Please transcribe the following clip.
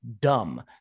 dumb